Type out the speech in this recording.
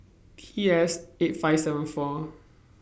T S eight five seven four